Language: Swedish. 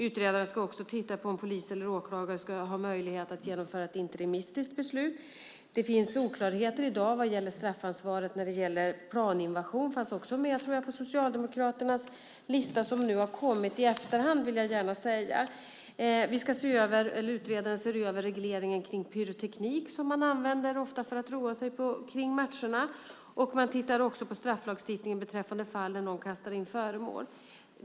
Utredaren ska också titta på om polis eller åklagare ska ha möjlighet att genomföra ett interimistiskt beslut. Det finns i dag oklarheter vad gäller straffansvaret vid planinvasion. Det tror jag också fanns med på Socialdemokraternas lista som nu, i efterhand, har kommit; det vill jag gärna säga. Utredaren ser över regleringen kring den pyroteknik som man ofta använder och roar sig med kring matcherna. Man tittar också på strafflagstiftningen beträffande fall där någon kastar in föremål.